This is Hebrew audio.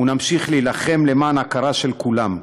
ונמשיך להילחם למען הכרה בכולם.